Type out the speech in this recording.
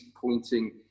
pointing